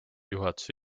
juhatuse